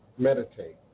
meditate